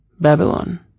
Babylon